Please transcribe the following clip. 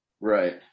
right